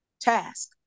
task